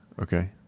Okay